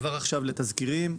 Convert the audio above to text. עבר עכשיו לתזכירים,